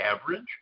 average